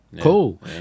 cool